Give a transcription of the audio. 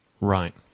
Right